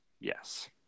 Yes